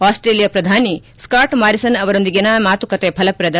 Australia ಪ್ರಧಾನಿ Scott Morrison ಅವರೊಂದಿಗಿನ ಮಾತುಕತೆ ಫಲಪ್ರದ